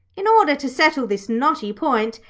in order to settle this knotty point,